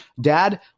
Dad